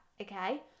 okay